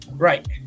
Right